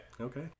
Okay